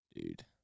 Dude